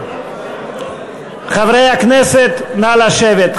חברי הכנסת, נא לשבת.